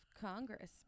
Congress